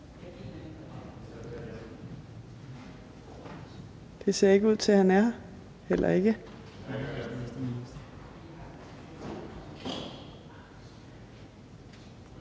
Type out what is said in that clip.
Det ser ikke ud til, at han er her.